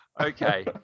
Okay